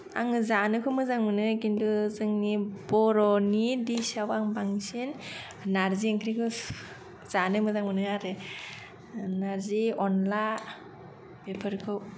आङो जानोखौ मोजां मोनो किन्तु जोंनि बर'नि दिसाव आं बांसिन नार्जि ओंख्रिखौ जानो मोजां मोनो आरो नारजि अनला बेफोरखौ